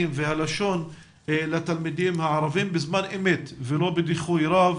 והלשון לתלמידים הערבים בזמן אמת ולא בדיחוי רב